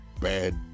bad